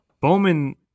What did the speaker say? Bowman